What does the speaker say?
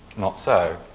not so.